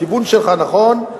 הכיוון שלך נכון,